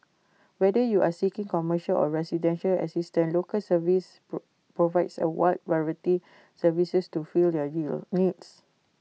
whether you are seeking commercial or residential assistance Local Service provides A wide variety services to fill your needs